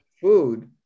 food